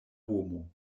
homo